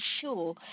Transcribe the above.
sure